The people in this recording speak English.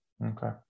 Okay